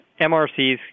MRCs